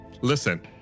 Listen